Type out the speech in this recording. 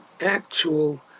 Actual